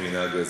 עם המנהג הזה.